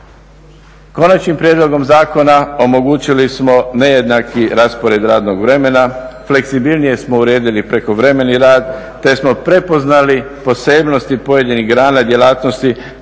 Konačnim prijedlogom zakona omogućili smo nejednaki raspored radnog vremena, fleksibilnije smo uredili prekovremeni rad te smo prepoznali posebnosti pojedinih grana djelatnosti